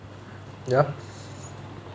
ya